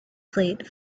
fleet